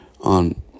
on